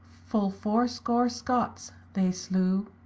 full four-score scots they slew.